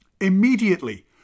Immediately